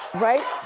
right?